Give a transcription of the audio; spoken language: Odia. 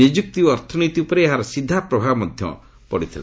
ନିଯୁକ୍ତି ଓ ଅର୍ଥନୀତି ଉପରେ ଏହାର ସିଧା ପ୍ରଭାବ ମଧ୍ୟ ପଡ଼ିଥିଲା